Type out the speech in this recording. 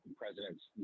presidents